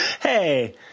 hey